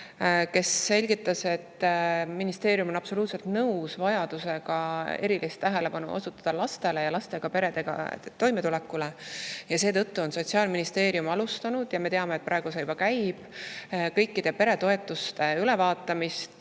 kes selgitas, et ministeerium on absoluutselt nõus vajadusega erilist tähelepanu osutada lastele ja lastega peredega toimetulekule. Seetõttu on Sotsiaalministeerium alustanud – ja me teame, et praegu see käib – kõikide peretoetuste ülevaatamist